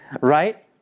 right